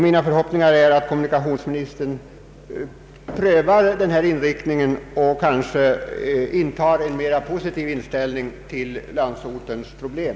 Min förhoppning är att kommunikationsministern prövar denna inriktning och ställer sig mera positiv till landsortens vägoch kommunikationsproblem.